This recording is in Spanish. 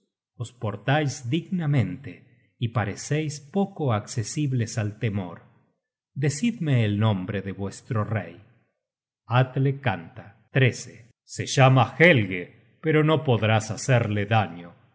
os portais dignamente y pareceis poco accesibles al temor decidme el nombre de vuestro rey atle canta se llama helge pero no podrás hacerle daño